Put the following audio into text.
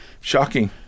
Shocking